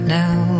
now